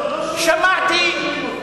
לא שומעים אותה.